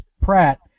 Pratt